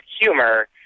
humor